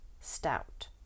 stout